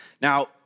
Now